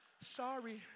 Sorry